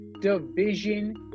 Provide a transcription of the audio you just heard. Division